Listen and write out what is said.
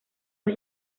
los